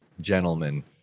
Gentlemen